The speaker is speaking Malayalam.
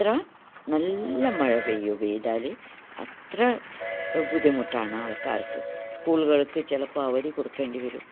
അത്ര നല്ല മഴ പെയ്യും പെയ്യ്താല് അത്ര ബുദ്ധിമുട്ടാണ് ആൾക്കാർക്ക് സ്കൂള്കൾക്ക് ചിലപ്പോൾ അവധി കൊടുക്കേണ്ടി വരും